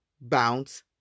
Bounce